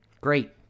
Great